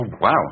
wow